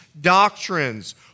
doctrines